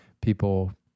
people